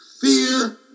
Fear